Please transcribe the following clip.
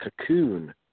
cocoon